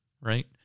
right